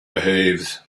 behaves